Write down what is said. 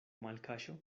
malkaŝo